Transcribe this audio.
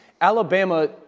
Alabama